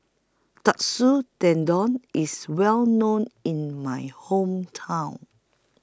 Katsu Tendon IS Well known in My Hometown